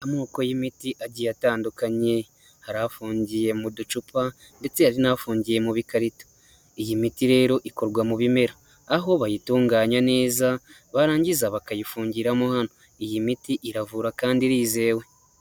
Amoko y'imiti agiye atandukanye, hari afungiye mu ducupa ndetse hari n'afungiye mu bikarito. Iyi miti rero ikorwa mu bimera aho bayitunganya neza barangiza bakayifungiramo hano, iyi miti iravura kandi irizewe.